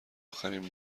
اخرین